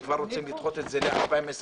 כבר רוצים לדחות את זה ל-2023.